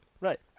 Right